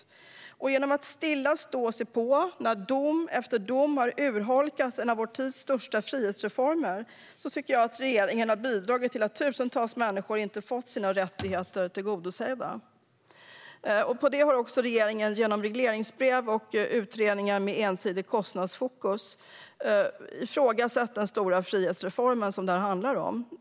Jag tycker att regeringen genom att stilla ha stått och sett på när dom efter dom har urholkat en av vår tids största frihetsreformer har bidragit till att tusentals människor inte fått sina rättigheter tillgodosedda. På det har regeringen genom regleringsbrev och utredningar med ensidigt kostnadsfokus ifrågasatt den stora frihetsreform som detta handlar om.